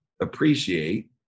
appreciate